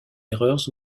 erreurs